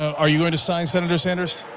are you going to sign, senator sanders?